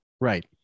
Right